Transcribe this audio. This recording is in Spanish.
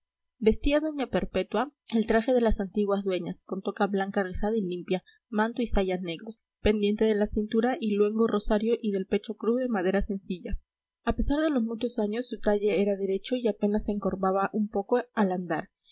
vestía doña perpetua el traje de las antiguas dueñas con toca blanca rizada y limpia manto y saya negros pendiente de la cintura un luengo rosario y del pecho cruz de madera sencilla a pesar de los muchos años su talle era derecho y apenas se encorvaba un poco al andar